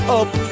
up